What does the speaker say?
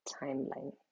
timeline